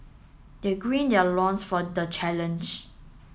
they green their loins for the challenge